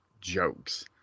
jokes